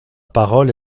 parole